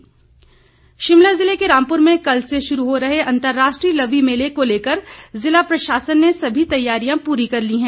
लवी प्रबंध शिमला ज़िला के रामपुर में कल से शुरू हो रहे अंतर्राष्ट्रीय लवी मेले को लेकर ज़िला प्रशासन ने सभी तैयारियां पूरी कर ली हैं